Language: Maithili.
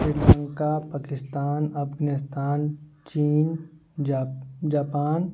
श्रीलंका पाकिस्तान अफगानिस्तान चीन जापान